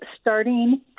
starting